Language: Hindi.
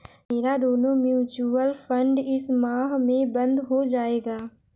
मेरा दोनों म्यूचुअल फंड इस माह में बंद हो जायेगा